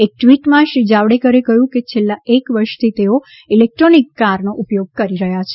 એક ટ્વીટમાં શ્રી જાવડેકરે કહ્યું કે છેલ્લા એક વર્ષથી તેઓ ઇલેક્ટ્રોનિક કારનો ઉપયોગ કરી રહ્યા છે